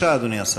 בבקשה, אדוני השר.